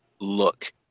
look